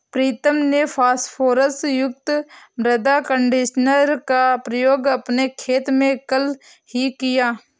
प्रीतम ने फास्फोरस युक्त मृदा कंडीशनर का प्रयोग अपने खेत में कल ही किया